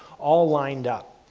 all lined up.